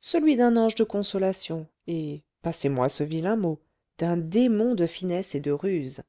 celui d'un ange de consolation et passez-moi ce vilain mot d'un démon de finesse et de ruse